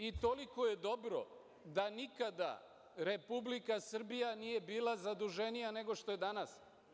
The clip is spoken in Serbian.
I toliko je dobro da nikada Republika Srbija nije bila zaduženija nego što je danas.